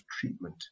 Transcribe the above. treatment